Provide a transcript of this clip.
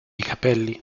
capelli